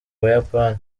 buyapani